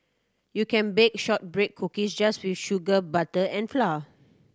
you can bake shortbread cookies just with sugar butter and flour